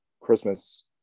Christmas